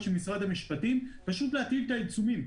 של משרד המשפטים פשוט להטיל את העיצומים,